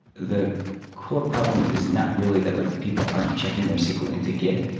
the core problem is not really that like people aren't checking their sql into git.